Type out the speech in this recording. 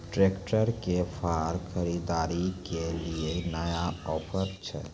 Tractor के फार खरीदारी के लिए नया ऑफर छ?